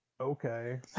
okay